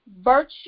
virtue